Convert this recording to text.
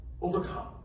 overcome